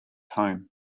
home